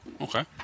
Okay